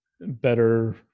better